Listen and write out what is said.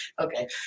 okay